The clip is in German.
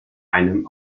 einem